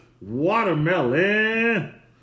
watermelon